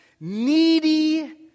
needy